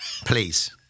Please